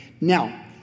Now